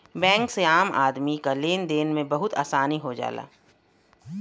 bank से आम आदमी क लेन देन में बहुत आसानी हो जाला